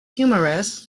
humorous